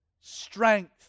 strength